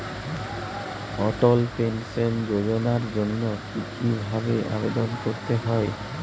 অটল pension যোজনার জন্য কি ভাবে আবেদন করতে হয়?